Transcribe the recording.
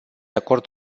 acord